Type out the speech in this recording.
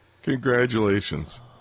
Congratulations